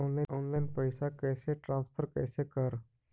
Online पैसा कैसे transfer कैसे कर?